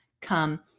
come